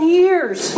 years